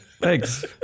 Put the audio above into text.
Thanks